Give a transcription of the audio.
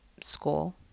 school